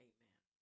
Amen